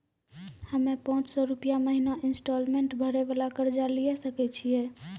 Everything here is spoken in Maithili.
हम्मय पांच सौ रुपिया महीना इंस्टॉलमेंट भरे वाला कर्जा लिये सकय छियै?